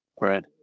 right